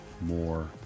more